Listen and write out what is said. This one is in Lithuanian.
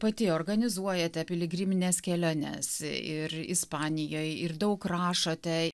pati organizuojate piligrimines keliones ir ispanijoj ir daug rašote